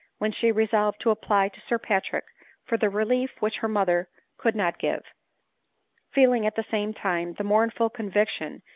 when she resolved to apply to sir patrick for the relief which her mother could not give feeling at the same time the mournful conviction,